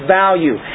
value